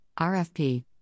RFP